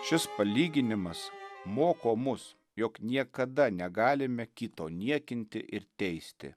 šis palyginimas moko mus jog niekada negalime kito niekinti ir teisti